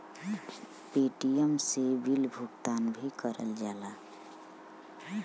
Paytm से bill भुगतान भी करल जाला